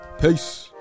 Peace